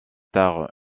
tard